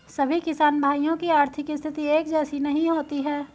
सभी किसान भाइयों की आर्थिक स्थिति एक जैसी नहीं होती है